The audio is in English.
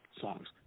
songs